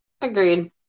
Agreed